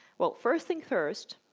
well, first things first,